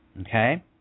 Okay